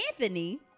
Anthony